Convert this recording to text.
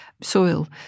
soil